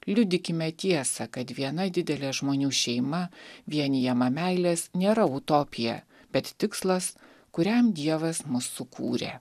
liudykime tiesą kad viena didelė žmonių šeima vienijama meilės nėra utopija bet tikslas kuriam dievas mus sukūrė